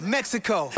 Mexico